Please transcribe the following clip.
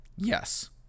yes